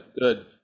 good